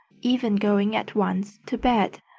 even going at once to bed.